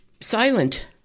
silent